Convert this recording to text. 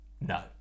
No